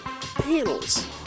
Panels